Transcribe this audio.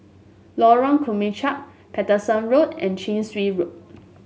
Lorong Kemunchup Paterson Road and Chin Swee Road